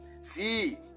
See